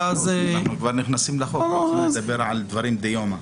אנחנו כבר נכנסים לחוק והולכים לדבר על עניינים דיומא.